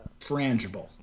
Frangible